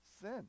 sin